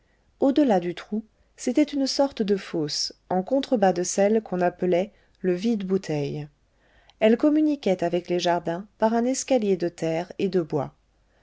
delà du trou c'était une sorte de fosse en contre-bas de celle qu'on appelait le vide bouteilles elle communiquait avec les jardins par un escalier de terre et de bois